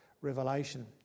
Revelation